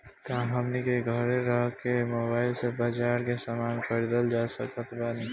का हमनी के घेरे रह के मोब्बाइल से बाजार के समान खरीद सकत बनी?